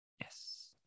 Yes